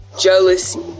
jealousy